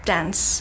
Dance